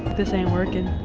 this ain't working.